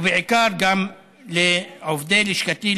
ובעיקר גם לעובדי לשכתי,